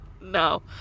No